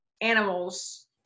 animals